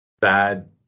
bad